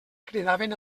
cridaven